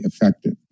effective